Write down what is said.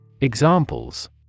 Examples